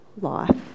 life